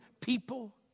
people